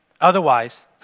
Otherwise